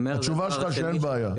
התשובה שלך היא שאין בעיה.